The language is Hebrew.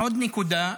עוד נקודה.